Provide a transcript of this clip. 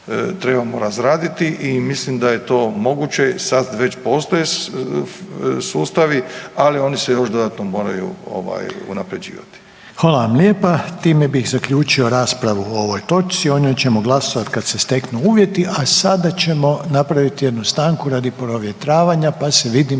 trebamo razraditi i mislim da je to moguće, sad već postoje sustavi, ali oni se još dodatno moraju unaprjeđivati. **Reiner, Željko (HDZ)** Hvala vam lijepa. Time bih zaključio raspravu o ovoj točci. O njoj ćemo glasovati kad se steknu uvjeti, a sada ćemo napraviti jednu stanku radi provjetravanja, pa se vidimo